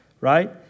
right